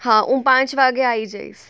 હા હુ પાંચ વાગે આવી જઈશ